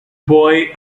boy